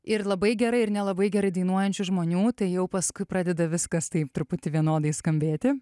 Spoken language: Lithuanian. ir labai gerai ir nelabai gerai dainuojančių žmonių tai jau paskui pradeda viskas taip truputį vienodai skambėti